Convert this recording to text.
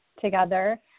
together